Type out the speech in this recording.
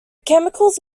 chemicals